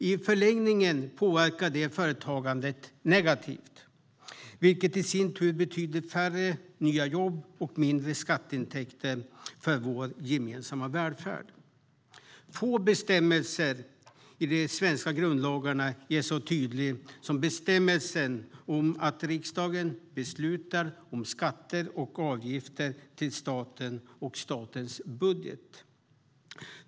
I förlängningen påverkar det företagandet negativt, vilket i sin tur betyder färre nya jobb och mindre skatteintäkter för vår gemensamma välfärd. Få bestämmelser i de svenska grundlagarna är så tydliga som bestämmelsen om att riksdagen beslutar om skatter och avgifter till staten och om statens budget.